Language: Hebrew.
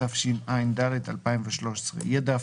התשע"ד 2013, "ידע אבטחתי"